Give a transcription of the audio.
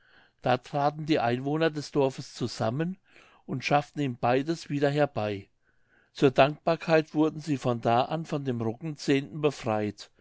da traten die einwohner des dorfes zusammen und schafften ihm beides wieder herbei zur dankbarkeit wurden sie von da an von dem roggenzehnten befreiet